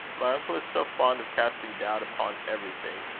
my uncle is so fond of casting doubt upon everything!